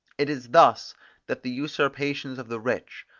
it is thus that the usurpations of the rich,